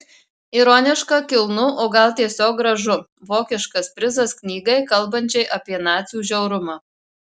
ironiška kilnu o gal tiesiog gražu vokiškas prizas knygai kalbančiai apie nacių žiaurumą